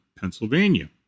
Pennsylvania